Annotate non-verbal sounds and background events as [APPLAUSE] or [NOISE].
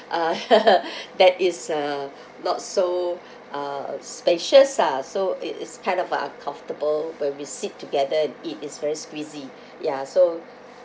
uh [LAUGHS] that is uh not so [BREATH] uh spacious lah so it is kind of uncomfortable when we sit together and eat it's very squeezy [BREATH] ya so